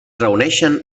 reuneixen